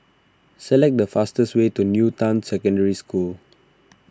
select the fastest way to New Town Secondary School